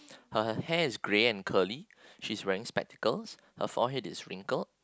her hair is grey and curly she's wearing spectacles her forehead is wrinkled